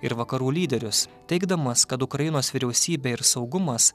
ir vakarų lyderius teigdamas kad ukrainos vyriausybė ir saugumas